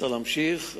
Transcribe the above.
צריך להמשיך,